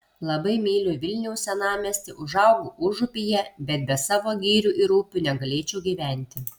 labai myliu vilniaus senamiestį užaugau užupyje bet be savo girių ir upių negalėčiau gyventi